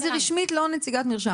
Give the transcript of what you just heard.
אז היא רשמית לא נציגת מרשם.